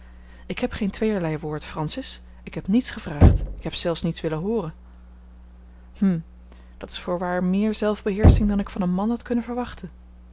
ik heb geen tweeërlei woord francis ik heb niets gevraagd ik heb zelfs niet willen hooren hm dat is voorwaar meer zelfbeheersching dan ik van een man had kunnen verwachten